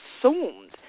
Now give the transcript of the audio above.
assumed